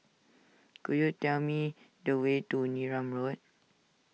could you tell me the way to Neram Road